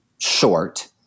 short